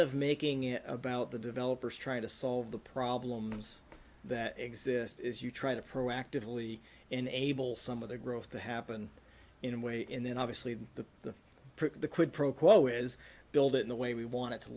of making it about the developers trying to solve the problems that exist as you try to proactively enable some of the growth to happen in a way and then obviously the the the quid pro quo is build in the way we want it to